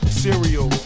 cereal